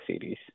series